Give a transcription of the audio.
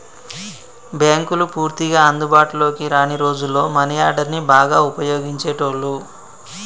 బ్యేంకులు పూర్తిగా అందుబాటులోకి రాని రోజుల్లో మనీ ఆర్డర్ని బాగా వుపయోగించేటోళ్ళు